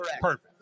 Perfect